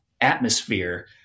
atmosphere